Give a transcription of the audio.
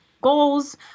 goals